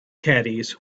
caddies